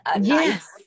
Yes